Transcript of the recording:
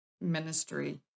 ministry